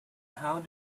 how